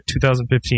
2015